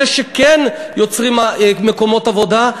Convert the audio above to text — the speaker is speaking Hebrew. אלה שכן יוצרים מקומות עבודה,